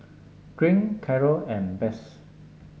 Green Carroll and Besse